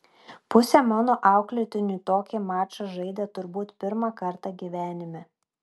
pusė mano auklėtinių tokį mačą žaidė turbūt pirmą kartą gyvenime